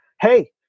Hey